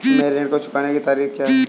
मेरे ऋण को चुकाने की तारीख़ क्या है?